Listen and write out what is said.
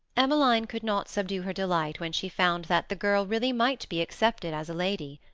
emmeline could not subdue her delight when she found that the girl really might be accepted as a lady.